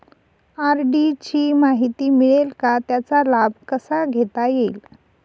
RD ची माहिती मिळेल का, त्याचा लाभ कसा घेता येईल?